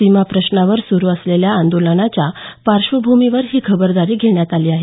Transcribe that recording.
सीमाप्रश्नावर सुरू असलेल्या आंदोलनाच्या पार्श्वभूमीवर ही खबरदारी घेण्यात आली आहे